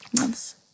months